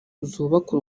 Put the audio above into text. zubaka